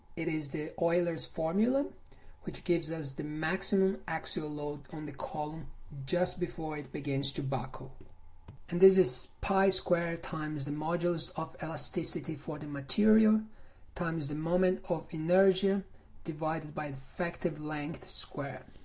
it is the euler's formula which gives us the maximum axial load on the column just before it begins to buckle and this is pi squared times the modulus of elasticity for the material times the moment of inertia divided by effective length square